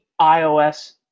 iOS